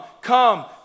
come